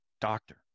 doctor